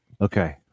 Okay